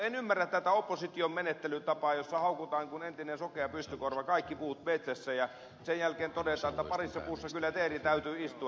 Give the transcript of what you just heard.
en ymmärrä tätä opposition menettelytapaa jossa haukutaan kuin entinen sokea pystykorva kaikki puut metsässä ja sen jälkeen todetaan että parissa puussa kyllä teeren täytyy istua